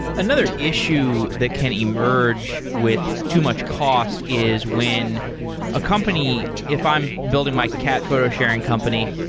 another issue that can emerge with too much cost is when a company, if i'm building my cat photo-sharing company,